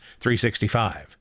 365